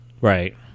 Right